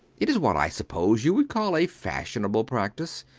it is what i suppose you would call a fashionable practice,